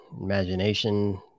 imagination